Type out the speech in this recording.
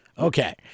Okay